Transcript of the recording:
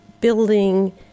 building